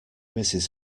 mrs